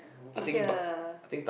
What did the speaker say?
eat here